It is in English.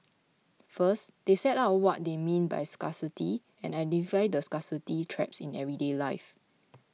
first they set out what they mean by scarcity and identify the scarcity traps in everyday life